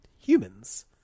humans